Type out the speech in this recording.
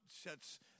sets